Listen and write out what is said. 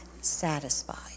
satisfied